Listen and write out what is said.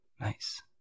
Nice